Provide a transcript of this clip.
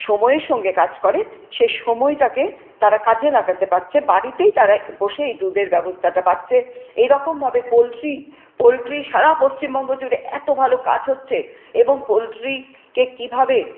সময়ের সঙ্গে কাজ করে সেই সময়টাকে তারা কাজে লাগাতে পারছে বাড়িতেই তারা বসে এই দুধের ব্যবস্থাটা পাচ্ছে এইরকমভাবে পোলট্রি পোলট্রি সারা পশ্চিমবঙ্গ জুড়ে এতো ভালো কাজ হচ্ছে এবং পোলট্রিকে কীভাবে